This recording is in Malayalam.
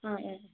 ആ ഏ